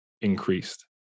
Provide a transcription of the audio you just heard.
increased